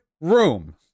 room